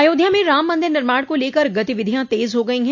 अयोध्या में राम मंदिर निर्माण को लेकर गतिविधियां तेज़ हो गई है